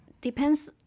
Depends